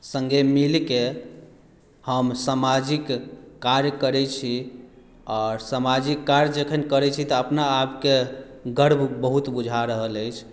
संगे मिलकेँ हम सामाजिक कार्य करै छी आओर सामाजिक कार्य जखन करै छी तऽ अपना आपकेँ गर्व बहुत बुझा रहल अछि